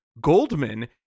Goldman